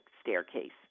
staircase